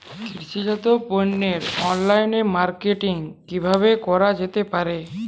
কৃষিজাত পণ্যের online marketing কিভাবে করা যেতে পারে?